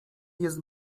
jest